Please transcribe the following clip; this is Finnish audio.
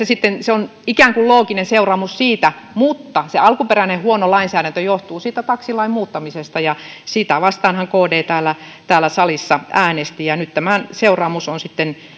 sitten se on ikään kuin looginen seuraamus siitä mutta se alkuperäinen huono lainsäädäntö johtuu siitä taksilain muuttamisesta ja sitä vastaanhan kd täällä täällä salissa äänesti ja nyt seuraamus on sitten tämä